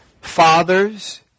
Fathers